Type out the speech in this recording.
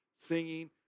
singing